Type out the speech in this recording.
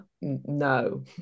no